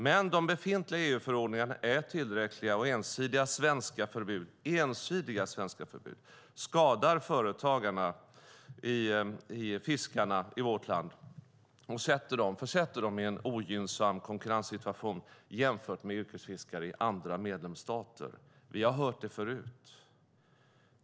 Men de befintliga EU-förordningarna är tillräckliga, och ensidiga svenska förbud skadar fiskarna i vårt land och försätter dem i en ogynnsam konkurrenssituation jämfört med yrkesfiskare i andra medlemsstater. Vi har hört det förut.